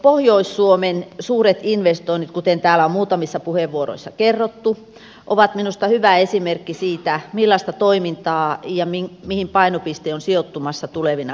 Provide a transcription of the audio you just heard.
pohjois suomen suuret investoinnit kuten täällä on muutamissa puheenvuoroissa kerrottu ovat minusta hyvä esimerkki siitä millaista toimintaa on tiedossa ja mihin painopiste on sijoittumassa tulevina vuosina